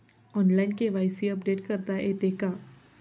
Online KYC update करता येते का?